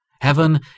Heaven